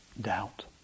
doubt